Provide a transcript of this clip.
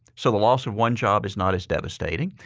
so the loss of one job is not as devastating.